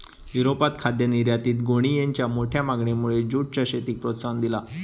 युरोपात खाद्य निर्यातीत गोणीयेंच्या मोठ्या मागणीमुळे जूटच्या शेतीक प्रोत्साहन दिला